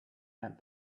and